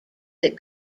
that